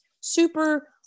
super